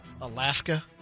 Alaska